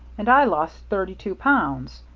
and i lost thirty-two pounds